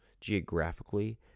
geographically